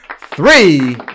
three